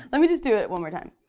let me just do it one more time.